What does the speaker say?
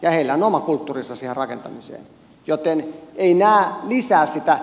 heillä on oma kulttuurinsa siihen rakentamiseen joten ei jaana ja sitä